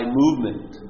movement